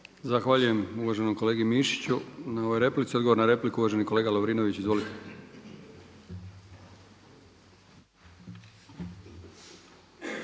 Zahvaljujem uvaženom kolegi Tomiću na replici. Odgovor na repliku, uvaženi kolega Jovanovnić. Izvolite.